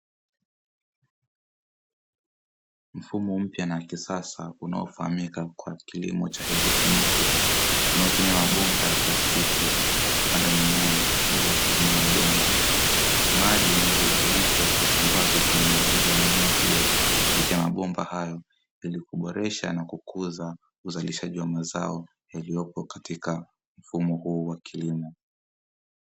Mfumo mpya na wa kisasa unaofahamika kwa kilimo cha haidroponi, unaotumia mabomba ya plastiki kupanda mimea bila kutumia udongo, maji yenye virutubisho husambazwa kwenye mizizi ya mimea hiyo kupitia mabomba hayo, ili kuboresha na kukuza uzalishaji mazao yaliyopo katika mfumo huu wa kilimo.